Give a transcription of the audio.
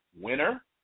winner